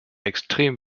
extrem